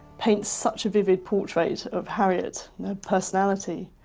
paints such a vivid portrait of harriet and her personality.